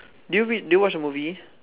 do you read do you watch the movie